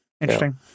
interesting